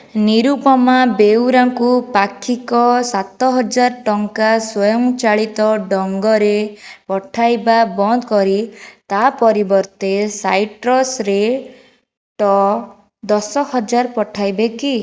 ନିରୁପମା ବେଉରାଙ୍କୁ ପାକ୍ଷିକ ସାତ ହଜାର ଟଙ୍କା ସ୍ୱୟଂ ଚାଳିତ ଡଙ୍ଗରେ ପଠାଇବା ବନ୍ଦ କରି ତା'ପରିବର୍ତ୍ତେ ସାଇଟ୍ରସ୍ରେ ଟ ଦଶ ହଜାର ପଠାଇବେ କି